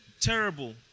terrible